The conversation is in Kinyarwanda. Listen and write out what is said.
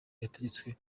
yategetswe